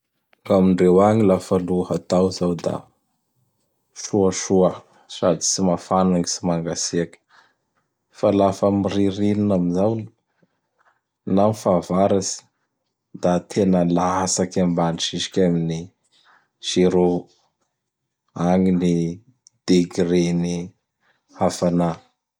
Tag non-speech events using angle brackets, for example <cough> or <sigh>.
<noise> Am ndreo agny lafa lohatao zao <noise> da soasoa sady tsy mafan gn tsy mangatsiaky. Fa lafa am ririnina am zao na fahavaratsy; da tena latsaky ambany zisky amin'ny zero agny ny degre ny hafana.